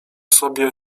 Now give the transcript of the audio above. sobie